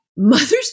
Mothers